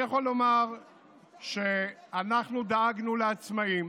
אני יכול לומר שאנחנו דאגנו לעצמאים